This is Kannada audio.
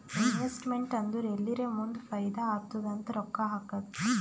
ಇನ್ವೆಸ್ಟಮೆಂಟ್ ಅಂದುರ್ ಎಲ್ಲಿರೇ ಮುಂದ್ ಫೈದಾ ಆತ್ತುದ್ ಅಂತ್ ರೊಕ್ಕಾ ಹಾಕದ್